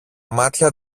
μάτια